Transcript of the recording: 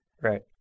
right